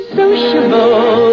sociable